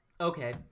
Okay